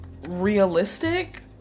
realistic